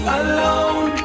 alone